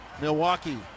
milwaukee